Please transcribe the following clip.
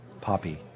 Poppy